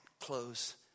close